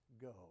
go